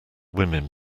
women